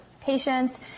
patients